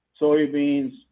soybeans